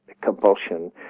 compulsion